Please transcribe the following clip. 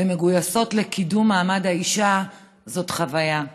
ומגויסות לקידום מעמד האישה זאת חוויה.